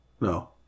No